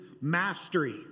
mastery